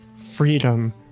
freedom